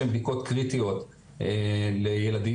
שהן בדיקות קריטיות לילדים.